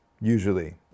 usually